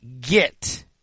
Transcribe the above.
get